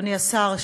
אדוני השר,